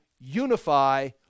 unify